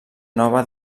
nova